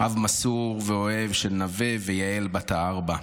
אב מסור ואוהב של נווה ויהל בת הארבע.